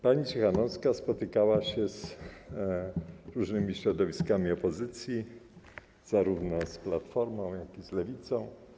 Pani Cichanouska spotykała się z różnymi środowiskami opozycji, zarówno z Platformą, jak i z Lewicą.